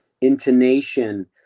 intonation